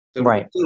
Right